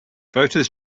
voters